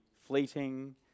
fleeting